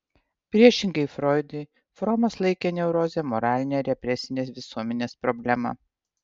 priešingai froidui fromas laikė neurozę moraline represinės visuomenės problema